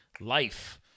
life